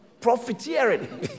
profiteering